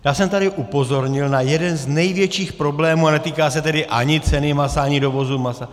Já jsem tady upozornil na jeden z největších problémů a netýká se ani ceny masa, ani dovozu masa.